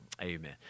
Amen